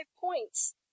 points